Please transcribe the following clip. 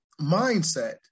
mindset